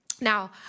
Now